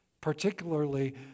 particularly